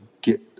get